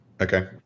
Okay